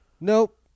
Nope